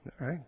Right